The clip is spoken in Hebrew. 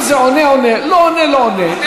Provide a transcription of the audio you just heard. אם זה עונה, עונה, לא עונה, לא עונה.